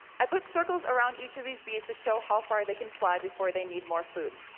i put circles around each of these bees to show how far they can fly before they need more food.